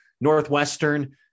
Northwestern